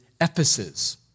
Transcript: Ephesus